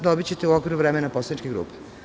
Dobićete reč u okviru vremena poslaničke grupe.